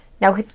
Now